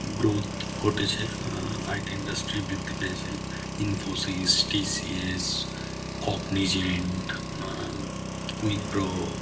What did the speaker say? growth ঘটেছে IT industry বৃদ্ধি পেয়েছে ইনফোসিস টিসিএস কগনিজেন্ট উইপ্রো